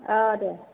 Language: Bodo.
औ दे